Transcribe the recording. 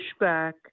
pushback